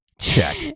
Check